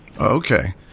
Okay